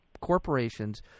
corporations